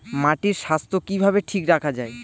মাটির স্বাস্থ্য কিভাবে ঠিক রাখা যায়?